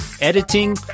editing